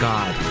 God